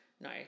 No